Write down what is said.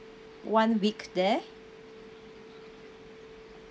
one week there